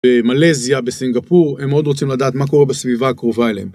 במלזיה, בסינגפור, הם מאוד רוצים לדעת מה קורה בסביבה הקרובה אליהם.